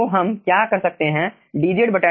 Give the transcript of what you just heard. तो हम क्या कर सकते हैं dzdx